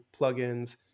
plugins